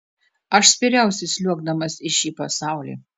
aš spyriausi sliuogdamas į šį pasaulį